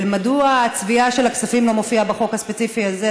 ומדוע הצביעה של הכספים לא מופיעה בחוק הספציפי הזה.